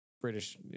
British